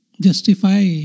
justify